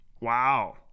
Wow